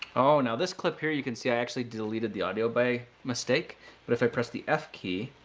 oh now, this clip here, you can see i actually deleted the audio by mistake but if i press the f key,